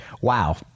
Wow